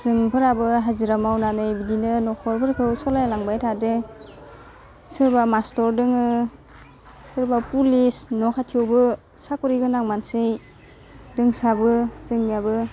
जोंफोराबो हाजिरा मावनानै बिदिनो न'खरफोरखौ सलायलांबाय थादो सोरबा मास्टार दङो सोरबा पुलिस न' खाथियावबो साख'रि गोनां मानसि दंसाबो जोंनियाबो